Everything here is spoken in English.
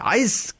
ice